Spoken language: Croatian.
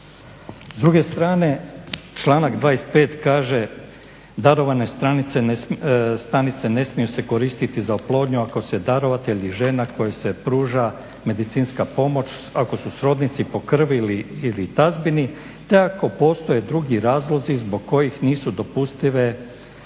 S druge strane, članak 25. kaže darovane stanice ne smiju se koristiti za oplodnju ako se darovatelj i žena kojoj se pruža medicinska pomoć ako su srodnici po krvi ili tazbini te ako postoje drugi razlozi zbog kojih nije dopustivo